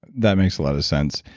that makes a lot of sense.